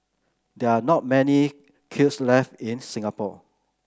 there are not many kilns left in Singapore